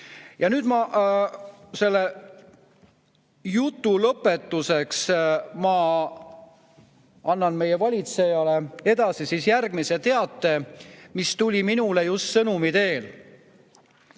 Ma selle jutu lõpetuseks annan meie valitsejale edasi järgmise teate, mis tuli minule just sõnumi teel: